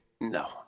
No